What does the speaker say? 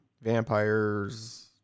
vampires